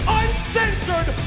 uncensored